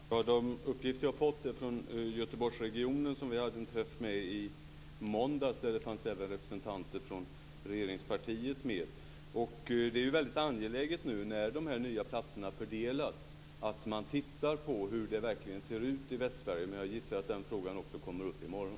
Fru talman! De uppgifter jag har fått är från Göteborgsregionen, vars företrädare vi hade en träff med i måndags. Där fanns även representanter för regeringspartiet med. När de nya platserna fördelas är det ju väldigt angeläget att man tittar närmare på hur det verkligen ser ut i Västsverige. Jag gissar att den frågan också kommer upp i morgon.